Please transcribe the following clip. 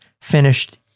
finished